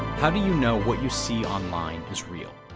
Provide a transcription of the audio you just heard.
how do you know what you see online is real?